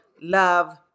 love